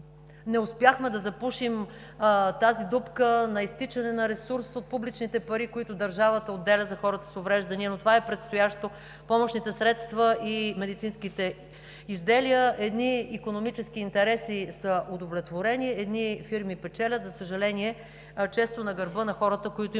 Не успяхме да запушим тази дупка на изтичане на ресурс от публичните пари, които държавата отделя за хората с увреждания, но това е предстоящо. За помощните средства и медицинските изделия – едни икономически интереси са удовлетворени, едни фирми печелят, за съжаление, често на гърба на хората, които имат